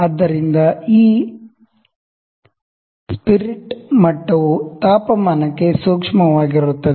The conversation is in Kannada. ಆದ್ದರಿಂದ ಈ ಸ್ಪಿರಿಟ್ ಮಟ್ಟವು ತಾಪಮಾನಕ್ಕೆ ಸೂಕ್ಷ್ಮವಾಗಿರುತ್ತದೆ